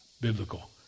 biblical